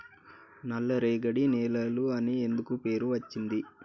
నల్లరేగడి నేలలు అని ఎందుకు పేరు అచ్చింది?